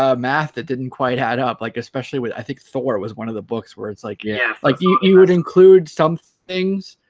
ah math that didn't quite add up like especially with i think thor was one of the books where it's like yeah like you would include some things